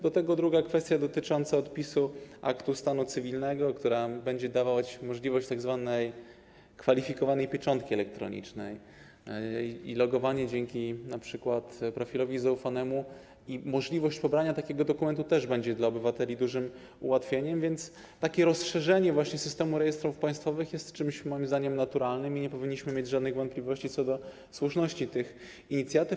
Do tego druga kwestia dotycząca odpisu aktu stanu cywilnego, która będzie dawała możliwość stosowania tzw. kwalifikowanej pieczęci elektronicznej i logowania dzięki np. profilowi zaufanemu oraz możliwość pobrania takiego dokumentu, też będzie dla obywateli dużym ułatwieniem, więc takie rozszerzenie systemu rejestrów państwowych jest czymś moim zdaniem naturalnym i nie powinniśmy mieć żadnych wątpliwości co do słuszności tych inicjatyw.